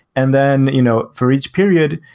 and then you know for each period,